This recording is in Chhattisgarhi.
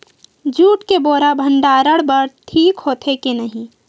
जूट के बोरा भंडारण बर ठीक होथे के नहीं?